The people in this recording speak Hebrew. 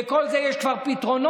ולכל זה יש כבר פתרונות.